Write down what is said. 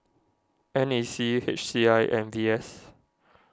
N A C H C I and V S